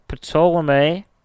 Ptolemy